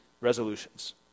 resolutions